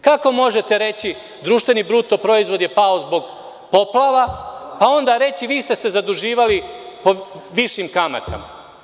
Kako možete reći – društveni bruto proizvod je pao zbog poplava, pa onda reći – vi ste se zaduživali po višim kamatama?